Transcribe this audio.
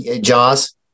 jaws